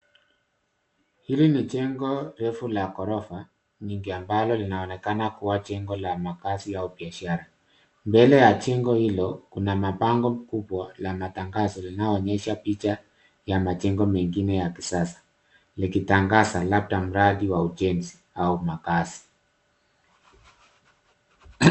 Hili ni jengo refu la ghorofa ambalo linaonekana kuwa jengo la makazi au biashara. Mbele ya jengo hilo kuna mabango kubwa la matangazo linaonyesha picha ya majengo mengine ya kisasa likitangaza labda mradi wa ujenzi au makazi.